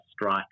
strike